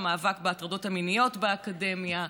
המאבק בהטרדות המיניות באקדמיה,